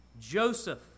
Joseph